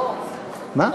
סליחה,